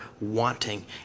wanting